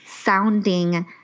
sounding